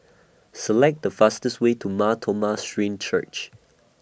Select The fastest Way to Mar Thoma Syrian Church